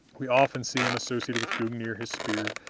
we often see him associated with gungnir, his spear,